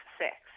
sex